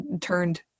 turned